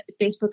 Facebook